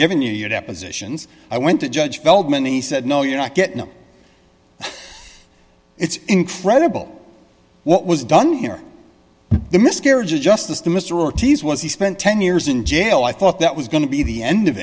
giving you your depositions i went to judge feldman he said no you're not get no it's incredible what was done here the miscarriage of justice to mr ortiz was he spent ten years in jail i thought that was going to be the end of